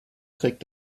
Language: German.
trägt